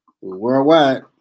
worldwide